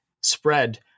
spread